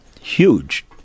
huge